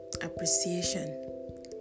appreciation